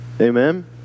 Amen